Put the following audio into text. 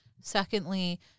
Secondly